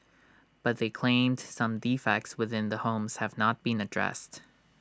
but they claimed some defects within the homes have not been addressed